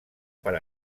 per